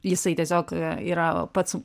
jisai tiesiog yra pats